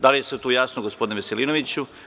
Da li je to jasno sada, gospodine Veselinoviću?